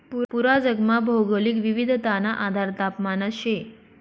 पूरा जगमा भौगोलिक विविधताना आधार तापमानच शे